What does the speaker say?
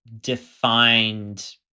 defined